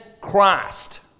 Christ